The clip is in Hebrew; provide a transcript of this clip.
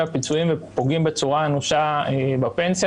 הפיצויים ופוגעים בצורה אנושה בפנסיה.